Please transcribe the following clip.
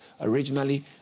originally